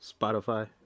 Spotify